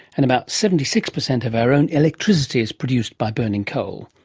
and about seventy six percent of our own electricity is produced by burning coal.